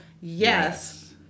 Yes